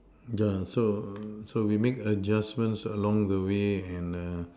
yeah so so we make adjustments along the way and err